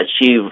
achieve